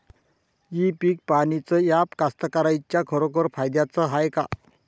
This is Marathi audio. इ पीक पहानीचं ॲप कास्तकाराइच्या खरोखर फायद्याचं हाये का?